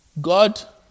God